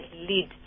lead